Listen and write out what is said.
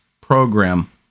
program